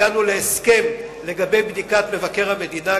כפי שהגענו להסכם לגבי בדיקת מבקר המדינה,